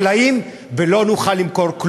חקלאים, החקלאים הכי טובים.